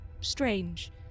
strange